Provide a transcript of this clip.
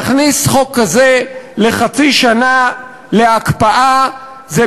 להכניס חוק כזה להקפאה לחצי שנה זה בעצם